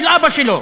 של אבא שלו.